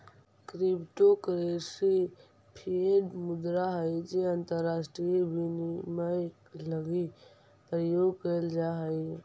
crypto currency fiat मुद्रा हइ जे अंतरराष्ट्रीय विनिमय लगी प्रयोग कैल जा हइ